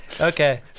Okay